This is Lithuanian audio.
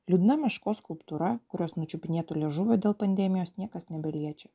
liūdna meškos skulptūra kurios nučiupinėto liežuvio dėl pandemijos niekas nebeliečia